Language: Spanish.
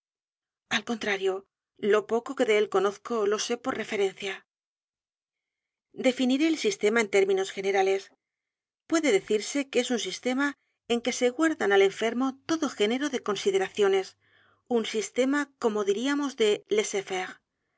al contrario lo poco que de él conozco lo sé por referencia definiré el sistema en términos generales puede decirse que es un sistema en que se guardan al enfermo edgar poe novelas y cuentos todo género de consideraciones un sistema como dir í